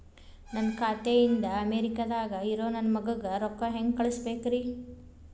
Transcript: ನನ್ನ ಖಾತೆ ಇಂದ ಅಮೇರಿಕಾದಾಗ್ ಇರೋ ನನ್ನ ಮಗಗ ರೊಕ್ಕ ಹೆಂಗ್ ಕಳಸಬೇಕ್ರಿ?